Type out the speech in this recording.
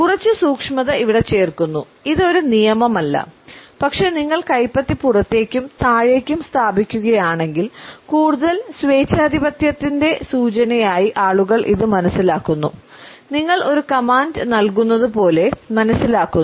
കുറച്ച് സൂക്ഷ്മത ഇവിടെ ചേർക്കുന്നു ഇത് ഒരു നിയമമല്ല പക്ഷേ നിങ്ങൾ കൈപ്പത്തി പുറത്തേക്കും താഴേക്കും സ്ഥാപിക്കുകയാണെങ്കിൽകൂടുതൽ സ്വേച്ഛാധിപത്യത്തിന്റെ സൂചനയായി ആളുകൾ ഇത് മനസ്സിലാക്കുന്നു നിങ്ങൾ ഒരു കമാൻഡ് നൽകുന്നതുപോലെ മനസ്സിലാക്കുന്നു